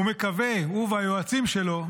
הוא מקווה, הוא והיועצים שלו,